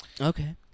Okay